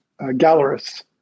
gallerists